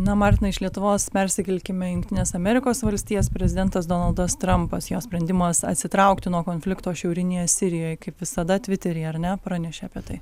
na martina iš lietuvos persikelkime į jungtines amerikos valstijas prezidentas donaldas trampas jo sprendimas atsitraukti nuo konflikto šiaurinėje sirijoje kaip visada tviteryje ar ne pranešė apie tai